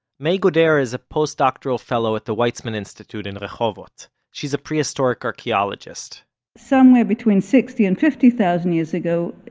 mae goder is a post-doctoral fellow at the weizmann institute in rehovot. but she's a prehistoric archaeologist somewhere between sixty and fifty thousand years ago,